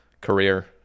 career